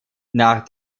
nach